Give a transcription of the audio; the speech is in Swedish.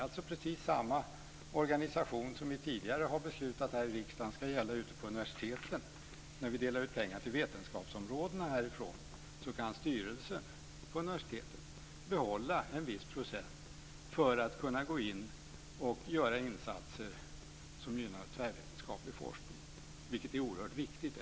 Det är precis samma organisation som vi i riksdagen tidigare har beslutat om ska gälla ute på universiteten, när vi delar ut pengar till vetenskapsområdena. Då kan universitetets styrelse behålla en viss procent för att göra insatser som gynnar tvärvetenskaplig forskning. Det är oerhört viktigt.